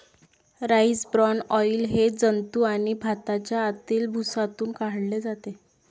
rice bran oil हे जंतू आणि भाताच्या आतील भुसातून काढले जाते